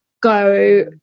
go